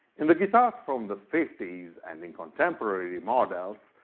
in the guitars from the fifty s and in contemporary models,